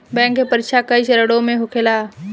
bank के परीक्षा कई चरणों में होखेला